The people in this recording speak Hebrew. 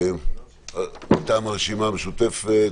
מטעם הרשימה המשותפת,